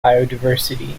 biodiversity